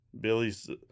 billy's